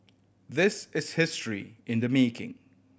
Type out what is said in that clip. this is history in the making